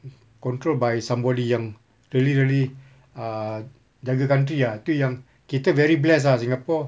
controlled by somebody yang really really err jaga country ah itu yang kita very blessed ah singapore